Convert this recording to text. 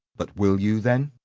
but will you, then?